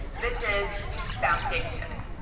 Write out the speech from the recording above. this is foundation.